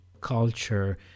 culture